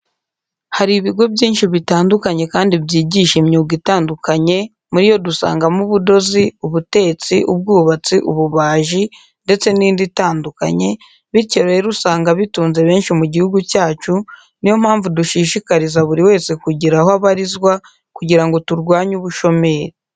Hari ibigo byinshi bitandukanye kandi byigisha imyuga itandukanye muri yo dusangamo ubudozi, ubutetsi, ubwubatsi, ububaji ndetse n'indi itandukanye, bityo rero usanga bitunze benshi mu gihugu cyacu, ni yo mpamvu dushishikariza buri wese kugira aho abarizwa kugira ngo turwanye ubushomeri.